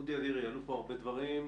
אודי אדירי, עלו פה הרבה דברים.